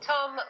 Tom